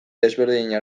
desberdinen